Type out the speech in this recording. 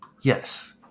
Yes